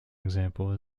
example